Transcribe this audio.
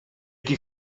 qui